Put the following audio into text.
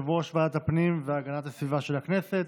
יושב-ראש ועדת הפנים והגנת הסביבה של הכנסת.